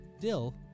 Dill